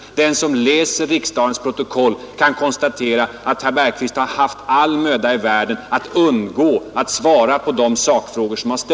Den som läser protokollet från denna debatt kan konstatera att herr 7? Bergqvist haft all möda i världen att undgå att svara på de sakfrågor som